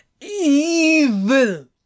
Evil